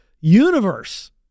universe